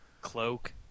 Cloak